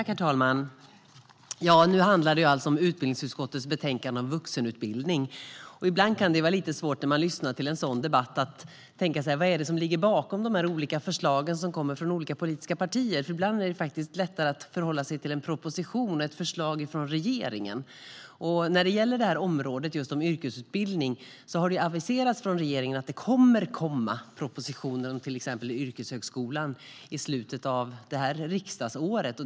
Herr talman! Nu handlar det alltså om utbildningsutskottets betänkande om vuxenutbildning. När man lyssnar till en sådan här debatt kan det ibland vara lite svårt att tänka sig vad det är som ligger bakom de olika förslag som kommer från olika politiska partier. Ibland är det faktiskt lättare att förhålla sig till en proposition, ett förslag ifrån regeringen, och när det gäller området yrkesutbildning har det aviserats från regeringen att det kommer att komma propositioner om till exempel yrkeshögskolan i slutet av det här riksdagsåret.